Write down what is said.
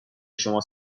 شما